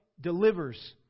delivers